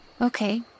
okay